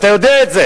אתה יודע את זה.